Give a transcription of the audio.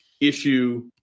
issue